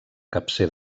capcer